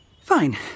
Fine